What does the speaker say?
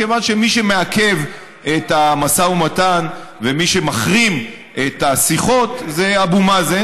כיוון שמי שמעכב את המשא ומתן ומי שמחרים את השיחות זה אבו מאזן,